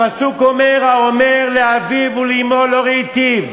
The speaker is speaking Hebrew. הפסוק אומר: "האומר לאביו ולאמו לא ראיתיו